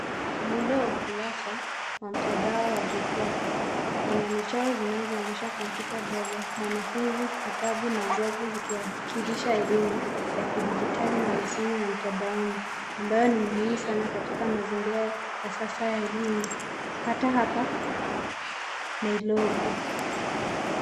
Muundo wa ukurasa wa mtandao wa jukwa ina michoro zinazoonyesha kompyuta ndogo, mwanafunzi, vitabu na globu ziki wakilisha elimu ya kidijitali na masomo ya mtandaoni ambayo ni muhimu sana katika mazingira ya sasa ya elimu hata hapa Nairobi